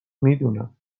میدونم